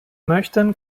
möchten